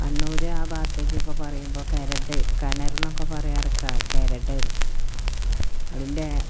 കണ്ണൂർ ആ ഭാഗത്തേക്കൊക്കെ പറയുമ്പോൾ കരട് കിണറെന്നൊക്കെ പറയാറ് കിരടെന്നാൽ അതിൻ്റെ